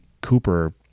Cooper